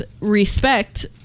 respect